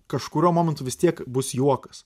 kažkuriuo momentu vis tiek bus juokas